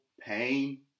pain